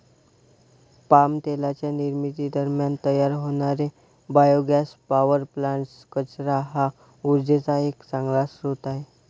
palm तेलाच्या निर्मिती दरम्यान तयार होणारे बायोगॅस पॉवर प्लांट्स, कचरा हा उर्जेचा एक चांगला स्रोत आहे